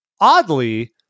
oddly